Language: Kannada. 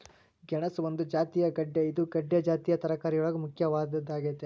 ಗೆಣಸ ಒಂದು ಜಾತಿಯ ಗೆಡ್ದೆ ಇದು ಗೆಡ್ದೆ ಜಾತಿಯ ತರಕಾರಿಯೊಳಗ ಮುಖ್ಯವಾದದ್ದಾಗೇತಿ